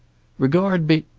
regard be.